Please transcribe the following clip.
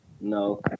No